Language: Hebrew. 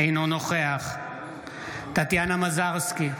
אינו נוכח טטיאנה מזרסקי,